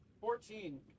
Fourteen